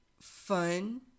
fun